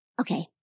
Okay